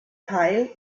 teil